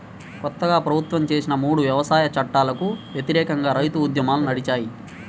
కొత్తగా ప్రభుత్వం చేసిన మూడు వ్యవసాయ చట్టాలకు వ్యతిరేకంగా రైతు ఉద్యమాలు నడిచాయి